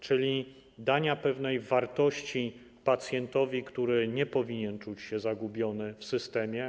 Chodzi o danie pewnej wartości pacjentowi, który nie powinien czuć się zagubiony w systemie.